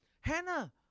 Hannah